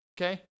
Okay